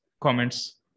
comments